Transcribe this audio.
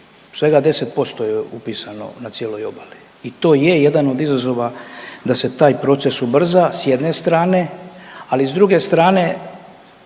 svega 10% je upisano na cijeloj obali i to je jedan od izazova da se taj proces ubrza s jedne strane, ali s druge strane,